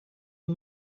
een